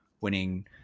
winning